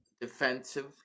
defensive